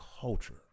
culture